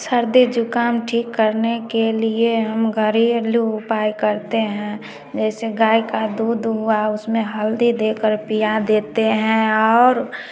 सर्दी जुकाम ठीक करने के लिए हम घरेलू उपाय करते हैं जैसे गाय का दूध हुआ उसमें हल्दी देकर पिला देते हैं और